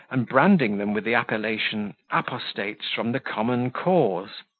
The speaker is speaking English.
and branding them with the appellation apostates from the common cause.